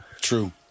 true